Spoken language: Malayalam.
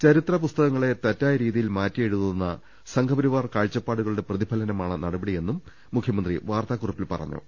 ചരിത്ര പുസ്തകങ്ങളെ തെറ്റായ രീതിയിൽ മാറ്റിയെഴുതുന്ന സംഘപരിവാർ കാഴ്ച്ചപാടുക ളുടെ പ്രതിഫലനമാണ് നടപടിയെന്നും മുഖ്യമന്ത്രി വാർത്താ കുറി പ്പിൽ പറഞ്ഞു